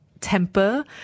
temper